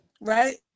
Right